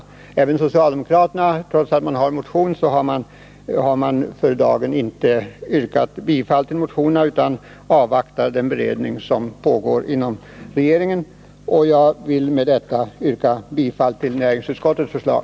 Det gäller alltså även socialdemokraterna som — trots att en socialdemokrisk motion föreligger — för dagen inte ställt något yrkande utan avvaktar den beredning som pågår inom regeringen. Herr talman! Jag vill med detta yrka bifall till näringsutskottets förslag.